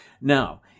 Now